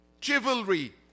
chivalry